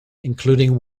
including